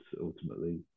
ultimately